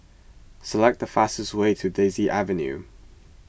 select the fastest way to Daisy Avenue